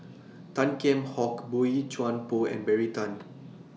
Tan Kheam Hock Boey Chuan Poh and Terry Tan